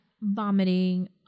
Vomiting